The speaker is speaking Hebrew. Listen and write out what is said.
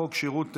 (תיקון מס' 8),